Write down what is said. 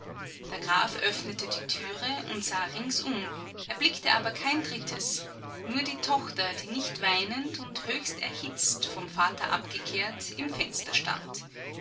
der graf öffnete die türe und sah ringsum erblickte aber kein drittes nur die tochter die nicht weinend und höchst erhitzt vom vater abgekehrt im fenster stand